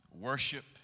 worship